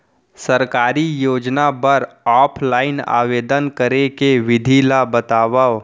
सरकारी योजना बर ऑफलाइन आवेदन करे के विधि ला बतावव